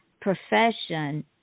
profession